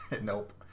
Nope